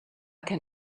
can